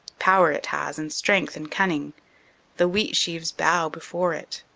power it has and strength and cunning the wheat sheaves bow before it.